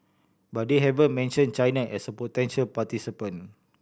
but they haven't mentioned China as a potential participant